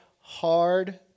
hard